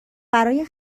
برای